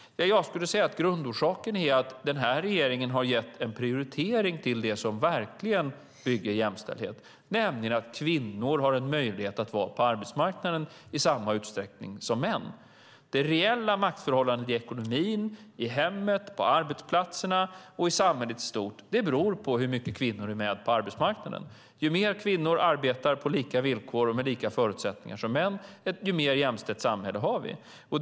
Jag skulle vilja säga att grundorsaken är att denna regering har prioriterat det som verkligen bygger jämställdhet, nämligen att kvinnor har en möjlighet att vara på arbetsmarknaden i samma utsträckning som män. Det reella maktförhållandet i ekonomin, i hemmet, på arbetsplatserna och i samhället i stort beror på hur mycket kvinnor är med på arbetsmarknaden. Ju mer kvinnor arbetar på lika villkor och med lika förutsättningar som män, desto mer jämställt blir vårt samhälle.